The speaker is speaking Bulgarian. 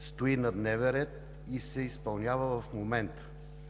стои на дневен ред и се изпълнява в момента.